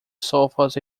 sofas